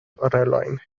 orelojn